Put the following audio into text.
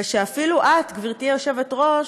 ואפילו את, גברתי היושבת-ראש,